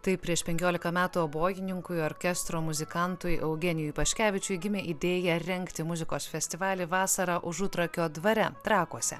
tai prieš penkiolika metų obojininkui orkestro muzikantui eugenijui paškevičiui gimė idėja rengti muzikos festivalį vasarą užutrakio dvare trakuose